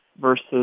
versus